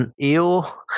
ill